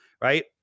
right